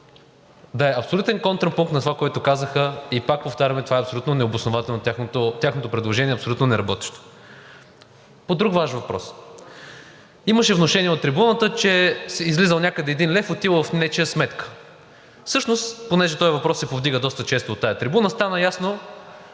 да е абсолютен контрапункт на това, което казаха. Пак повтаряме, това е абсолютно необосновано, тяхното предложение е абсолютно неработещо. По друг Ваш въпрос. Имаше внушение от трибуната, че е излизал някъде 1 лв., отивал в нечия сметка. Всъщност – понеже този въпрос се повдига доста често от тази трибуна, стана ясно